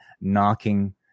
knocking